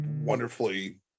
wonderfully